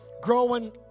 Growing